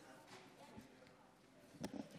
אתה